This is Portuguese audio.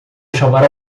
chamar